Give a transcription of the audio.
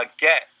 get